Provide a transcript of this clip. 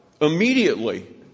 Immediately